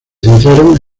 centraron